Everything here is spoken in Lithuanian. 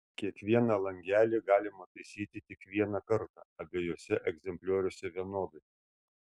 kiekvieną langelį galima taisyti tik vieną kartą abiejuose egzemplioriuose vienodai